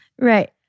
Right